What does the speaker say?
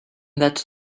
that